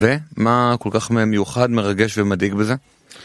ו... מה כל כך מיוחד, מרגש ומדאיג בזה?